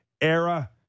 era